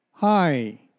Hi